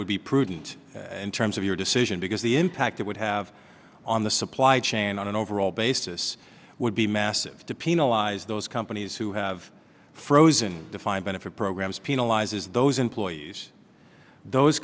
would be prudent and terms of your decision because the impact it would have on the supply chain on an overall basis would be massive to penalize those companies who have frozen defined benefit programs penalizes those employees those